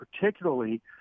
particularly